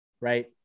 right